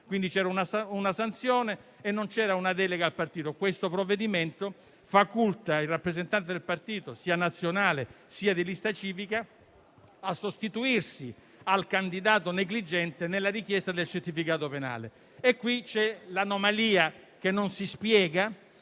che c'era una sanzione, ma non una delega al partito. Il provvedimento in esame faculta invece il rappresentante del partito sia nazionale, sia di lista civica a sostituirsi al candidato negligente nella richiesta del certificato penale. E qui c'è l'anomalia, che non si spiega,